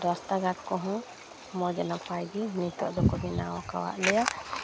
ᱨᱟᱥᱛᱟ ᱜᱷᱟᱴ ᱠᱚᱦᱚᱸ ᱢᱚᱡᱽ ᱜᱮ ᱱᱟᱯᱟᱭᱜᱮ ᱱᱤᱛᱚᱜ ᱫᱚᱠᱚ ᱵᱮᱱᱟᱣᱟᱠᱟᱫ ᱞᱮᱭᱟ